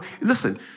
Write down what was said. Listen